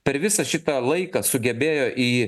per visą šitą laiką sugebėjo į